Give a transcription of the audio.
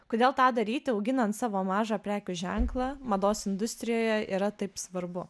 kodėl tą daryti auginant savo mažą prekių ženklą mados industrijoje yra taip svarbu